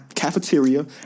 Cafeteria